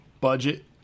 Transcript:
budget